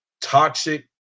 Toxic